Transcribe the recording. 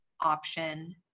option